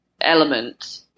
element